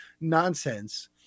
nonsense